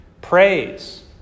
Praise